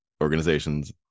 organizations